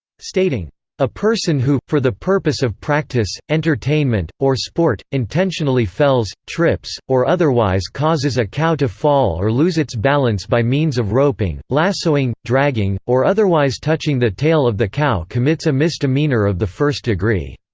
stating a person who, for the purpose of practice, entertainment, or sport, intentionally fells, trips, or otherwise causes a cow to fall or lose its balance by means of roping, lassoing, dragging, or otherwise touching the tail of the cow commits a misdemeanor of the first degree.